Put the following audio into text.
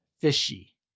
fishy